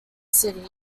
city